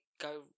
go